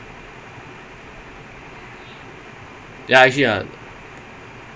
ya man no ah lah ஆனா:aanaa it works both ways also lah if you're a striker you just missed